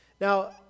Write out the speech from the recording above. Now